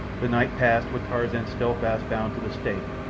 the night passed with tarzan still fast bound to the stake,